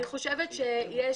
אני חושבת שיש